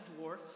dwarf